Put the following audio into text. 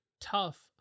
tough